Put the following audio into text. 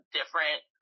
different